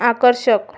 आकर्षक